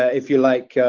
if you like,